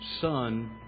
son